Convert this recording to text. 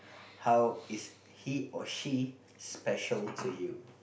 how is he or she special to you